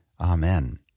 Amen